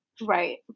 Right